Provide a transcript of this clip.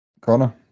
Connor